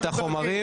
החומרים.